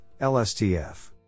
LSTF